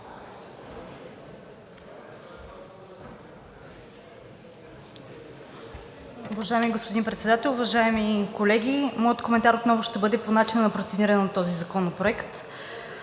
Уважаеми господин Председател, уважаеми колеги! Моят коментар отново ще бъде по начина на процедиране на този законопроект.